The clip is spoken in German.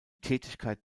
tätigkeit